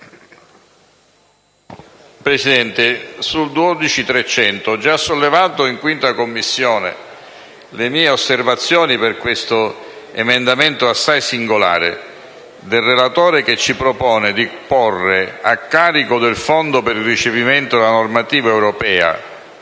Presidente, ho già sollevato in 5a Commissione le mie osservazioni su questo emendamento assai singolare del relatore, che ci propone di porre a carico del Fondo per il recepimento della normativa europea